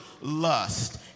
lust